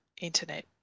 internet